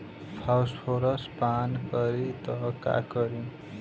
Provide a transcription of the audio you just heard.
Phosphorus पान करी त का करी?